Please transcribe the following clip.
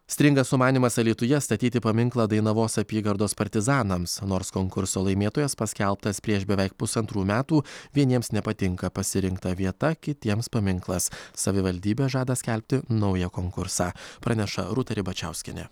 stringa sumanymas alytuje statyti paminklą dainavos apygardos partizanams nors konkurso laimėtojas paskelbtas prieš beveik pusantrų metų vieniems nepatinka pasirinkta vieta kitiems paminklas savivaldybė žada skelbti naują konkursą praneša rūta ribačiauskienė